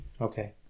Okay